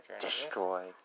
destroy